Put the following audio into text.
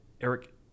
Eric